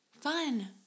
Fun